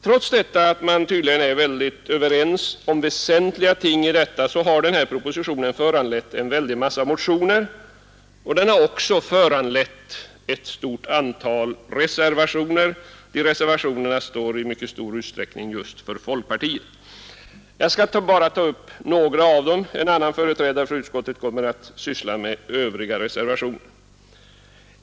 Trots att man tydligen är överens om väsentliga ting har propositionen föranlett en mängd motioner och ett stort antal reservationer. Folkpartiet står i stor utsträckning för reservationerna. Jag skall bara ta upp några av dem — en annan företrädare för utskottet kommer att beröra övriga reservationer.